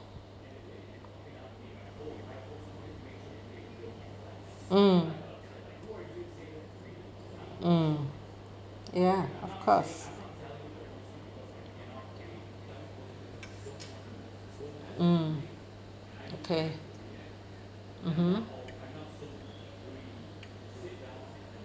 mm mm ya of course mm okay mmhmm